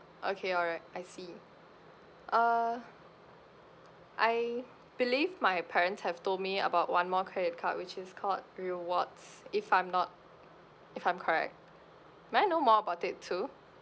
okay alright I see uh I believe my parents have told me about one more credit card which is called rewards if I'm not if I'm correct may I know more about it too